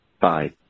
Bye